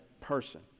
person